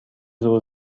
زور